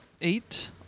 Eight